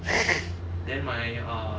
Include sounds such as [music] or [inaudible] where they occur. [laughs]